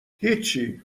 هیچی